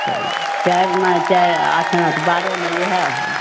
तऽ चारि आना चारि आठ तऽ बारह आना तऽ इहे होल